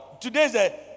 today's